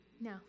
No